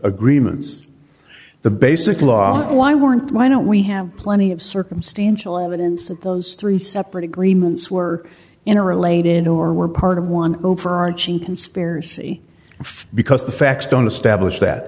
agreements the basic law why weren't why don't we have plenty of circumstantial evidence of those three separate agreements were in a related or were part of one overarching conspiracy because the facts don't establish that